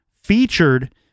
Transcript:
featured